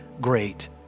great